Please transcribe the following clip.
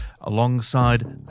alongside